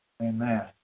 Amen